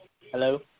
Hello